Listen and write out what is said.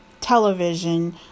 television